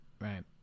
Right